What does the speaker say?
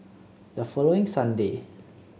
the following Sunday